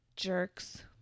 jerks